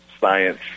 science